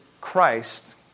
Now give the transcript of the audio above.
Christ